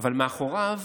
אבל מאחוריו,